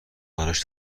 براش